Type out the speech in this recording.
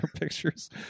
pictures